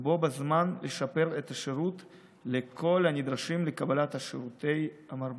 ובו בזמן לשפר את השירות לכל הנדרשים לקבלת שירותי מרב"ד.